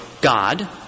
God